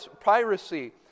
piracy